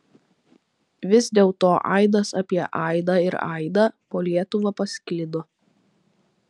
vis dėlto aidas apie aidą ir aidą po lietuvą pasklido